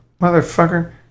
Motherfucker